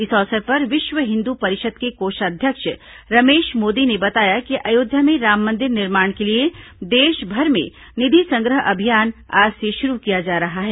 इस अवसर पर विश्व हिन्दू परिषद के कोषाध्यक्ष रमेश मोदी ने बताया कि अयोध्या में राम मंदिर निर्माण के लिए देशभर में निधि संग्रह अभियान आज से शुरू किया जा रहा है